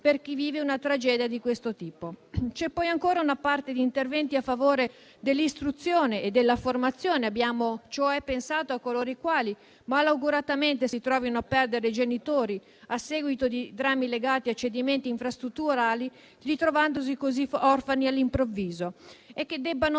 per chi vive una tragedia di questo tipo. Vi sono poi interventi a favore dell'istruzione e della formazione. Abbiamo pensato a coloro i quali, malauguratamente, si trovino a perdere i genitori a seguito di drammi legati a cedimenti infrastrutturali, ritrovandosi così orfani all'improvviso, e che debbano